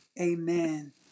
Amen